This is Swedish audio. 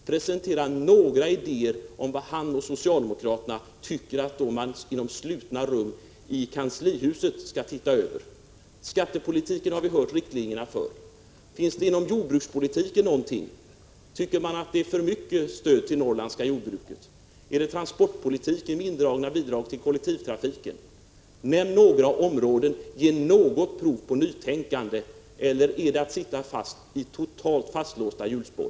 Presentera några idéer — vad socialdemokraterna tycker att man i slutna rum i kanslihuset skall se över! Vi har redan hört riktlinjerna för skattepolitiken. Finns det inom jordbrukspolitiken någonting? Tycker socialdemokraterna att stödet till det norrländska jordbruket är för stort? Gäller idéerna transportpolitiken med indragna bidrag till kollektivtrafiken? Nämn några områden! Ge något prov på nytänkande — eller är det till att sitta fast i samma gamla hjulspår?